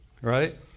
right